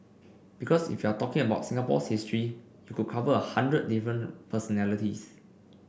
because if you are talking about Singapore's history you could cover a hundred different personalities